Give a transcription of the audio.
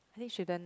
I think shouldn't